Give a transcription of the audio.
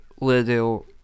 little